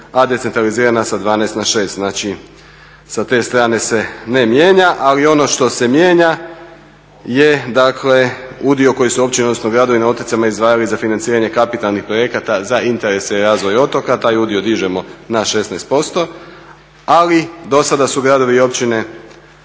a decentralizirana sa 12 na 6. Znači, sa te strane se ne mijenja ali ono što se mijenja je dakle udio koji su općine, odnosno gradovi na otocima izdvajali za financiranje kapitalnih projekata za interese i razvoj otoka. Taj udio dižemo na 16%. Ali dosada su gradovi i općine